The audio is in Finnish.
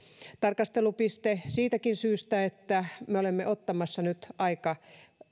tarkastelupiste siitäkin syystä että me olemme ottamassa nyt